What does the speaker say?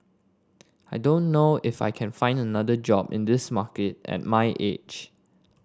I don't know if I can find another job in this market at my age